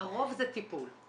הרוב זה טיפול.